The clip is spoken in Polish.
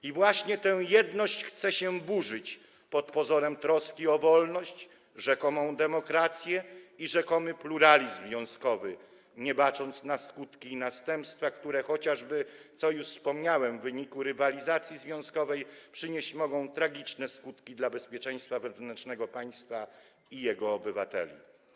I właśnie tę jedność chce się burzyć pod pozorem troski o wolność, rzekomą demokrację i rzekomy pluralizm związkowy, nie bacząc na skutki i następstwa, które chociażby, o czym już wspomniałem, w wyniku rywalizacji związkowej przynieść mogą tragiczne skutki dla bezpieczeństwa wewnętrznego państwa i jego obywateli.